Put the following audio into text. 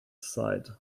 sighed